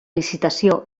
licitació